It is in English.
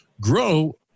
grow